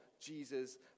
Jesus